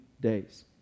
days